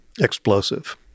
explosive